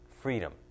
Freedom